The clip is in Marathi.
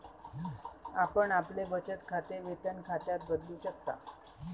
आपण आपले बचत खाते वेतन खात्यात बदलू शकता